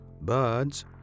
birds